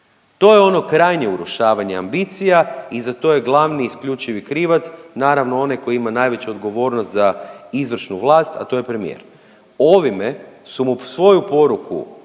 To je ono krajnje urušavanje ambicija i za to je glavni i isključivi krivac naravno onaj koji ima najveću odgovornost za izvršnu vlast, a to je premijer. Ovime su mu svoju poruku